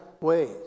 ways